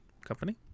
company